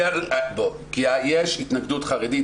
כי יש התנגדות חרדית,